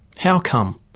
how come?